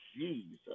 Jesus